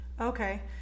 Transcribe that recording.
Okay